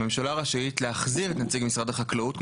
הממשלה רשאית להחזיר את נציג משרד החקלאות,